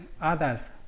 others